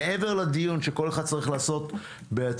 מעבר לדיון שכל אחד צריך לעשות בעצמו,